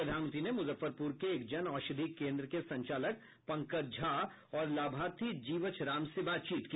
प्रधानमंत्री ने मुजफ्फरपुर के एक जन औषधि केंद्र के संचालक पंकज झा और लाभार्थी जीवछ राम से बातचीत की